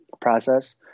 process